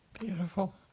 Beautiful